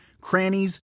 crannies